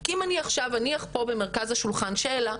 כי אם אני עכשיו יניח פה במרכז השולחן שאלה,